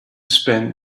spend